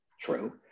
true